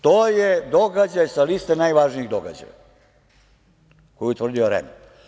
To je događaj sa liste najvažnijih događaja, koji je utvrdio REM.